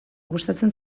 gustatzen